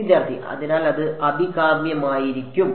വിദ്യാർത്ഥി അതിനാൽ അത് അഭികാമ്യമായിരിക്കും